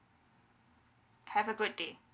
have a good day